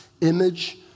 image